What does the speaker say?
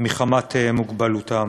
מחמת מוגבלותם.